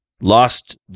lost